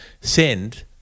send